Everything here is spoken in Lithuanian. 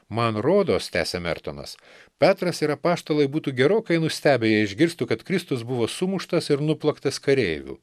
man rodos tęsia mertonas petras ir apaštalai būtų gerokai nustebę jei išgirstų kad kristus buvo sumuštas ir nuplaktas kareivių